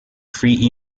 free